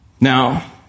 Now